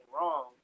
wrong